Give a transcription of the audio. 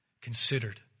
considered